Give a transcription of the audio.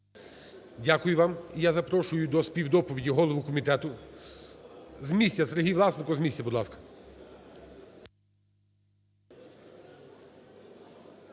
Дякую вам. І я запрошую до співдоповіді голову комітету. З місця. Сергій Власенко. З місця, будь ласка.